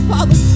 Father